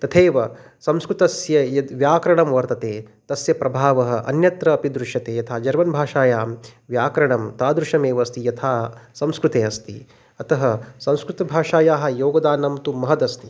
तथैव संस्कृतस्य यद्व्याकरणं वर्तते तस्य प्रभावः अन्यत्र अपि दृश्यते यथा जर्मन् भाषायां व्याकरणं तादृशमेव अस्ति यथा संस्कृते अस्ति अतः संस्कृतभाषायाः योगदानं तु महदस्ति